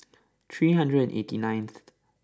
three hundred and eighty ninth